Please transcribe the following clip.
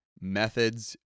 methods